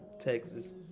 Texas